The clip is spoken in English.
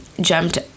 jumped